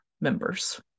members